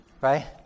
right